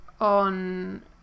on